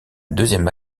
deuxième